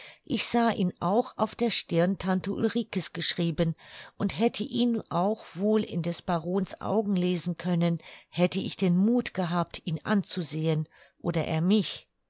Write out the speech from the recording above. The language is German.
ich sah ihn auch auf der stirn tante ulrikes geschrieben und hätte ihn auch wohl in des barons augen lesen können hätte ich den muth gehabt ihn anzusehen oder er mich